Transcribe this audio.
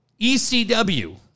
ECW